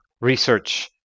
research